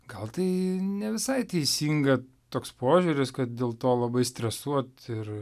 gal tai ne visai teisinga toks požiūris kad dėl to labai stresuot ir